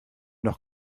noch